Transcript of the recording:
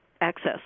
access